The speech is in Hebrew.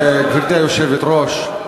זה מה שמפריע לך, הר-הבית?